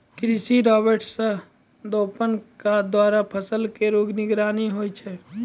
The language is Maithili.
कृषि रोबोट सह द्रोण क द्वारा फसल केरो निगरानी होय छै